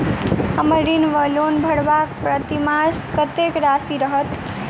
हम्मर ऋण वा लोन भरबाक प्रतिमास कत्तेक राशि रहत?